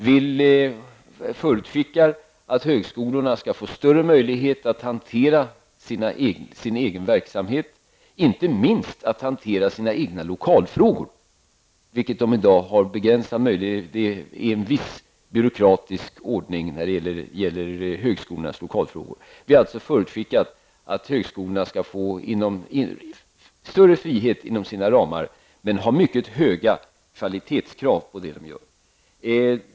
Där förutskickas att högskolorna skall få större möjlighet att hantera sin egen verksamhet, inte minst sina egna lokalfrågor, vilket de i dag har begränsade möjligheter till. Det råder en viss byråkratisk ordning när det gäller högskolornas lokalfrågor. Det är alltså förutskickat att högskolorna skall få större frihet inom sina ramar men ha mycket höga kvalitetskrav på undervisningen.